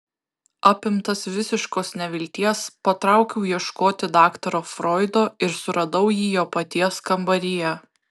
apimtas visiškos nevilties patraukiau ieškoti daktaro froido ir suradau jį jo paties kambaryje